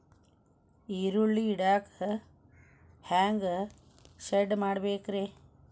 ಈರುಳ್ಳಿ ಇಡಾಕ ಹ್ಯಾಂಗ ಶೆಡ್ ಮಾಡಬೇಕ್ರೇ?